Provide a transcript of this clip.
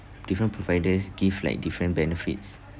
different providers give like different benefits